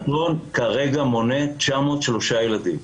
השנתון כרגע מונה 903 ילדים.